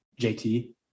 JT